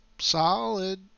Solid